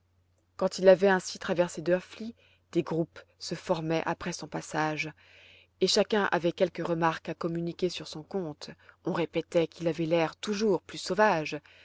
quand il avait ainsi traversé drfli des groupes se formaient après son passage et chacun avait quelque remarque à communiquer sur son compte on répétait qu'il avait l'air toujours plus sauvage